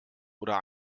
oder